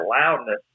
loudness